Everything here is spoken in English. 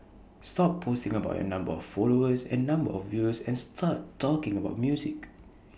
stop posting about your number of followers and number of views and start talking about music